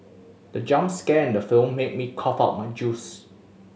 the jump scare in the film made me cough out my juice